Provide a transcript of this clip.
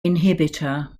inhibitor